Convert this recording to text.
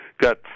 got